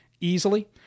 easily